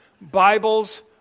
Bibles